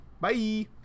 Bye